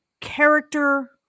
character